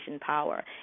power